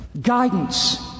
guidance